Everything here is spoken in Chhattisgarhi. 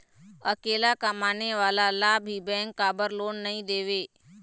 अकेला कमाने वाला ला भी बैंक काबर लोन नहीं देवे?